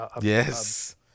yes